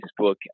Facebook